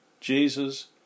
Jesus